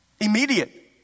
Immediate